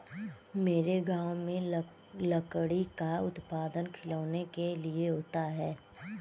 मेरे गांव में लकड़ी का उत्पादन खिलौनों के लिए होता है